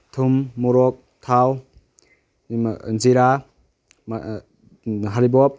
ꯊꯨꯝ ꯃꯣꯔꯣꯛ ꯊꯥꯎ ꯖꯤꯔꯥ ꯍꯔꯤꯕꯣꯞ